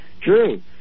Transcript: true